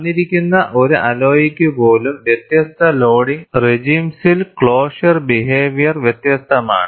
തന്നിരിക്കുന്ന ഒരു അലോയ്ക്ക് പോലും വ്യത്യസ്ത ലോഡിംഗ് റെജിമ്സിൽ ക്ലോഷർ ബിഹേവിയർ വ്യത്യസ്തമാണ്